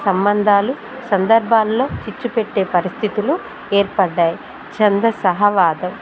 సంబంధాలు సందర్భాాలల్లో చిచ్చుపెట్టే పరిస్థితులు ఏర్పడ్డాయి చంద సహవాదం